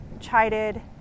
chided